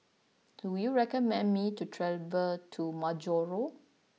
do you recommend me to travel to Majuro